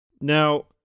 Now